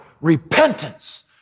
repentance